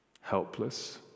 helpless